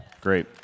Great